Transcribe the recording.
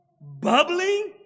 bubbling